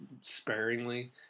sparingly